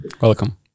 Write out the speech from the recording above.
Welcome